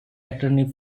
attorney